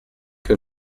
que